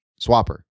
Swapper